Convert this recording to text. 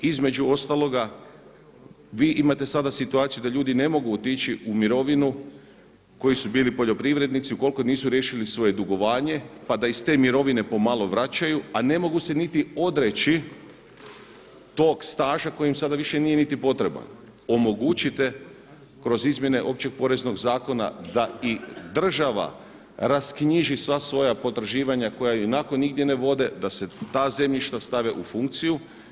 Između ostaloga vi imate sada situaciju da ljudi ne mogu otići u mirovinu koji su bili poljoprivrednici ukoliko nisu riješili svoje dugovanje pa da iz te mirovine po malo vraćaju a ne mogu se niti odreći tog staža koji im sada više nije niti potreban omogućite kroz izmjene općeg poreznog zakona da i država rasknjiži sva svoja potraživanja koja ionako nigdje ne vode, da se ta zemljišta stave u funkciju.